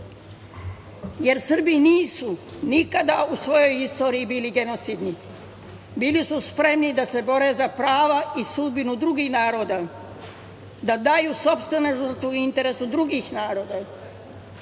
jer Srbi nisu nikada u svojoj istoriji bili genocidni. Bili su spremni da se bore za prava i sudbinu drugih naroda, da daju sopstvenu žrtvu i interesu drugih naroda,